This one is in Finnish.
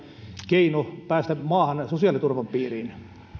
keino päästä maahan sosiaaliturvan piiriin